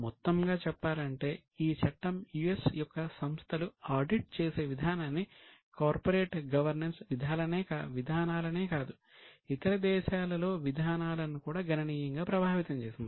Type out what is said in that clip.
మొత్తంగా చెప్పాలంటే ఈ చట్టం యుఎస్ విధానాలనే కాదు ఇతర దేశాలలో విధానాలను కూడా గణనీయంగా ప్రభావితం చేసింది